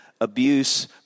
abuse